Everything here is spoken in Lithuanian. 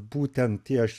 būtent tie